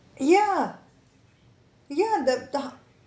ya ya the th~